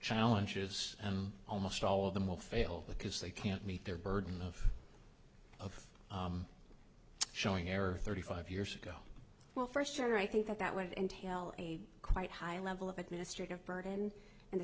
challenges and almost all of them will fail because they can't meet their burden of showing error thirty five years ago well first you're right think that that would entail a quite high level of administrative burden and the